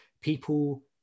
people